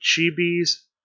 Chibi's